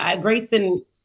Grayson